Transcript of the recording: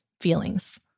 feelings